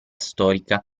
storica